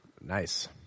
Nice